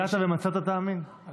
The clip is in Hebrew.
יגעת ומצאת, תאמין.